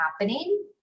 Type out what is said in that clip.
happening